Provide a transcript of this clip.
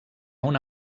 una